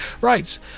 Right